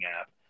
app